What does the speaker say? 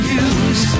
use